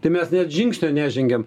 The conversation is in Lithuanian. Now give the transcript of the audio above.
tai mes net žingsnio nežengėm